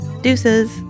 Deuces